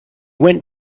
went